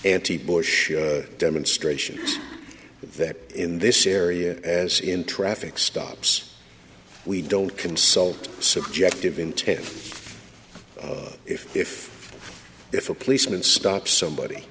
anti bush demonstration that in this area as in traffic stops we don't consult subjective entails if if if a policeman stops somebody